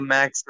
Max